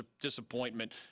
disappointment